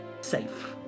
safe